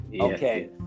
Okay